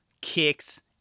kicks